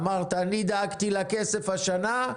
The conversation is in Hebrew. אמרת: אני דאגתי לכסף השנה,